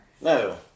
No